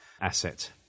asset